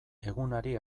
egunari